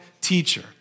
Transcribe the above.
teacher